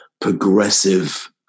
progressive